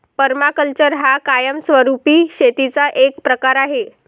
permaculture हा कायमस्वरूपी शेतीचा एक प्रकार आहे